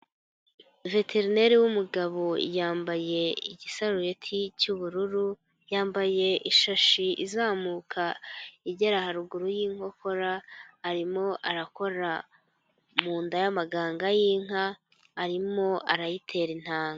Veterineri w'umugabo yambaye igisarureti cy'ubururu, yambaye ishashi izamuka igera haruguru y'inkokora, arimo arakora mu nda y'amaganga y'inka, arimo arayitera intanga.